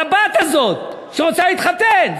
שישה שרים צריכים להגיש תזכיר על הבת הזאת שרוצה להתחתן,